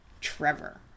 Trevor